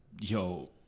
yo